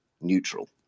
neutral